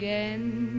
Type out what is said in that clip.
Again